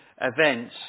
events